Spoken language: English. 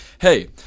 hey